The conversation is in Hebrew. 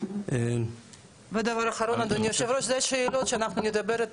היום הרעיון שלא שומרים יותר טביעות